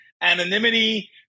anonymity